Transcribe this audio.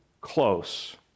close